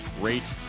Rate